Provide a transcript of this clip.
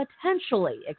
potentially